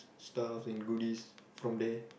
stuff and goodies from there